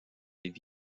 avis